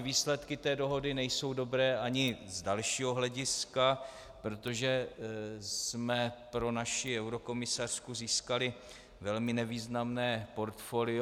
Výsledky dohody nejsou dobré ani z dalšího hlediska, protože jsme pro naši eurokomisařku získali velmi nevýznamné portfolio.